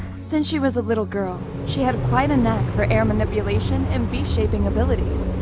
since she was a little girl, she had quite a knack for air manipulation and beast shaping abilities.